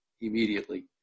immediately